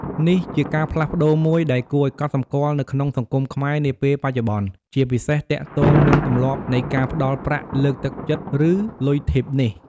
នេះជាការផ្លាស់ប្ដូរមួយដែលគួរឲ្យកត់សម្គាល់នៅក្នុងសង្គមខ្មែរនាពេលបច្ចុប្បន្ន ជាពិសេសទាក់ទងនឹងទម្លាប់នៃការផ្ដល់ប្រាក់លើកទឹកចិត្តឬលុយធីបនេះ។